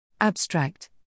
Abstract